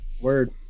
Word